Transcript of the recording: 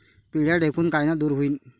पिढ्या ढेकूण कायनं दूर होईन?